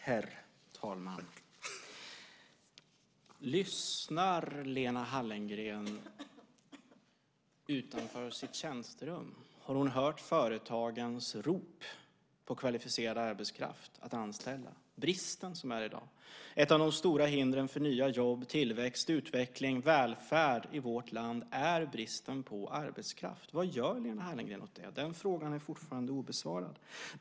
Herr talman! Lyssnar Lena Hallengren utanför sitt tjänsterum? Har hon hört företagens rop på kvalificerad arbetskraft att anställa? Det finns en brist i dag. Ett av de stora hindren för nya jobb, tillväxt, utveckling och välfärd i vårt land är bristen på arbetskraft. Vad gör Lena Hallengren åt det? Den frågan är fortfarande obesvarad.